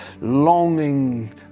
longing